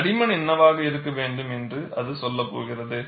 தடிமன் என்னவாக இருக்க வேண்டும் என்று அது சொல்ல போகிறது